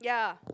ya